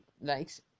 likes